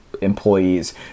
employees